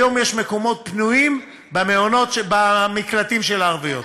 היום יש מקומות פנויים במקלטים של הערביות.